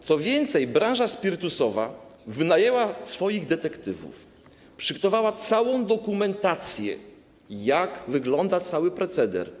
Co więcej, branża spirytusowa wynajęła swoich detektywów, przygotowała całą dokumentację, jak wygląda cały proceder.